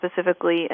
specifically